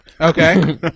Okay